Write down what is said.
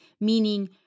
meaning